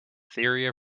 theory